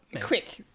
quick